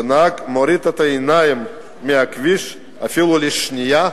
כשהנהג מוריד את העיניים מהכביש, אפילו לשנייה,